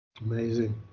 amazing